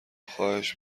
خواهش